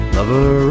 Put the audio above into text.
Lover